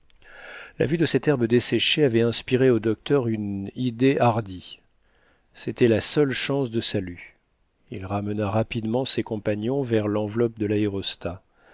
la vue de cette herbe desséchée avait inspiré au docteur une idée hardie c'était la seule chance de salut il ramena rapidement ses compagnons vers l'enveloppe de l'aérostat